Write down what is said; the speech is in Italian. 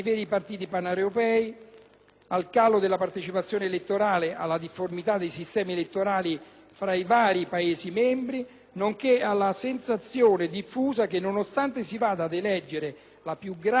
tra i vari Paesi membri, nonché alla sensazione diffusa che, nonostante si vada ad eleggere la più grande Assemblea paneuropea, la competizione rimanga ancorata a strette logiche nazionali.